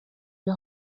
wir